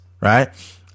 right